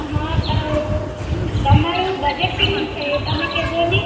હાં તો તમારું બજેટ કેટલું છે એ તમે કે જો ને